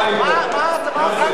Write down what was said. מה אכפת לך.